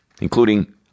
including